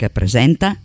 presenta